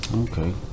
Okay